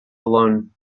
alone